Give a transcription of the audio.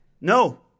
No